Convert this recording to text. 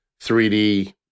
3D